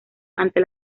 ante